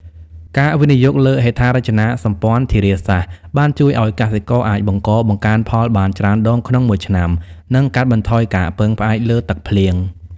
ការវិនិយោគលើហេដ្ឋារចនាសម្ព័ន្ធធារាសាស្ត្រ បានជួយឱ្យកសិករអាចបង្កបង្កើនផលបានច្រើនដងក្នុងមួយឆ្នាំ និងកាត់បន្ថយការពឹងផ្អែកលើទឹកភ្លៀង។